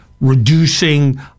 reducing